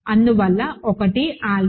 అందువల్ల 1 ఆల్ఫా